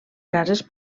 cases